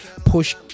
push